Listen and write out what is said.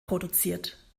produziert